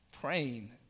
Praying